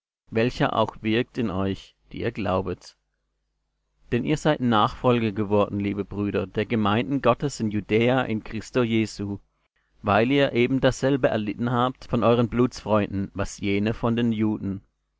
welcher auch wirkt in euch die ihr glaubet denn ihr seid nachfolger geworden liebe brüder der gemeinden gottes in judäa in christo jesu weil ihr ebendasselbe erlitten habt von euren blutsfreunden was jene von den juden